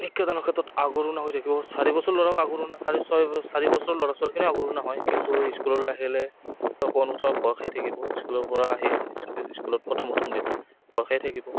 শিক্ষাদানৰ ক্ষেত্ৰত আগৰণুৱা হৈ থাকিব চাৰি বছৰ ল'ৰা আগৰণুৱা চাৰি ছয় চাৰি বছৰ ল'ৰা ছোৱালীখিনি আগৰণুৱা হয় কিন্তু স্কুললৈ আহিলে প প্ৰথমে ভয় খাই থাকিব স্কুলৰ পৰা আহি স্কুলত প্ৰথম প্ৰথম দিলে ভয় খাই থাকিব